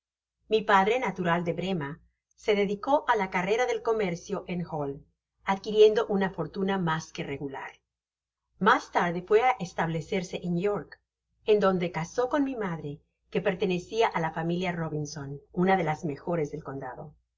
mi padre natural do brema se dedicó á la carrera del comercio en hull adquiriendo una fortuna mas que regular mas tarde fué á establecerse en york en donde casó con mi madre que pertenecia á la familia robiuson una de las mejores del condado de